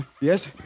Yes